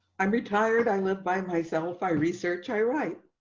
i'm retired. i live by myself i research i write